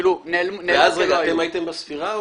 ואז אתם הייתם בספירה?